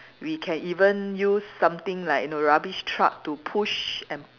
we can even use something like you know rubbish truck to push and